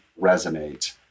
resonate